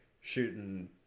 shooting